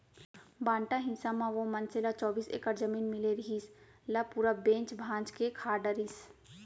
बांटा हिस्सा म ओ मनसे ल चौबीस एकड़ जमीन मिले रिहिस, ल पूरा बेंच भांज के खा डरिस